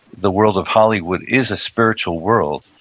the world of hollywood, is a spiritual world.